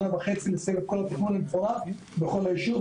שנה וחצי לסיים את כל התכנון המפורט בכל הישוב.